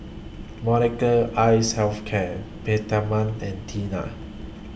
Molnylcke Health Care Peptamen and Tena